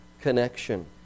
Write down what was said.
connection